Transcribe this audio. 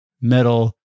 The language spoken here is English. metal